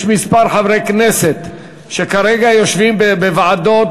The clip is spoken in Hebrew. יש כמה חברי כנסת שכרגע יושבים בוועדות,